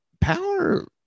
power